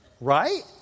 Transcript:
right